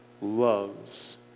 loves